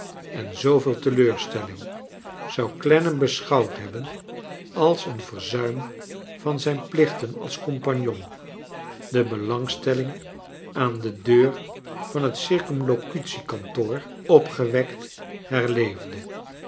en zooveel teleurstelling zou clennam beschouwd hebben als een verzuim van zijn plichten als compagnon de belangstelling aan de deur van het circumlocutiekantoor opgewekt herleol'de